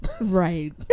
right